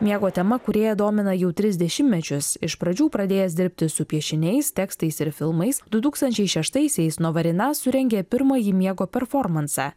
miego tema kūrėją domina jau tris dešimtmečius iš pradžių pradėjęs dirbti su piešiniais tekstais ir filmais du tūkstančiai šeštaisiais novarina surengė pirmąjį miego performansą